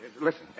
listen